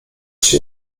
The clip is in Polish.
się